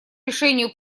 решению